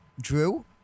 Drew